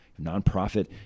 nonprofit